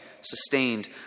sustained